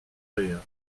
rire